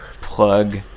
Plug